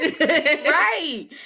Right